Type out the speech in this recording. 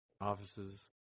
Offices